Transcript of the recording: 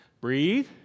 Breathe